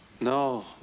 No